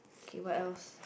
okay what else